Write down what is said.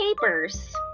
papers